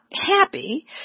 happy